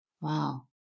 Wow